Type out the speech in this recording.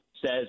says